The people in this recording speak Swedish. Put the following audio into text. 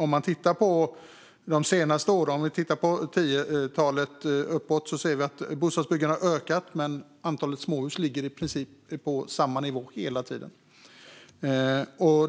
Från 2010-talet och framåt har bostadsbyggandet ökat, men antalet småhus ligger i princip på samma nivå hela tiden,